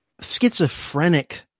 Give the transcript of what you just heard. schizophrenic